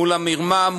מול המרמה,